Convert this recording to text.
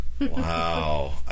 Wow